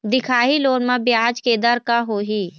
दिखाही लोन म ब्याज के दर का होही?